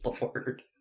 Lord